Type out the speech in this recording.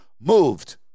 moved